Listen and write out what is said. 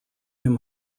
him